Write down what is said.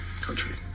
country